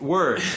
Word